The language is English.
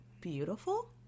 beautiful